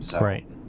Right